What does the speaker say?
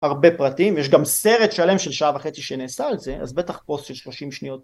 הרבה פרטים יש גם סרט שלם של שעה וחצי שנעשה על זה אז בטח פוסט של שלושים שניות